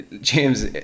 James